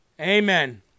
Amen